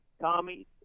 Tommy